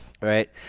Right